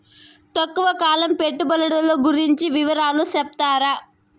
తక్కువ కాలం పెట్టుబడులు గురించి వివరాలు సెప్తారా?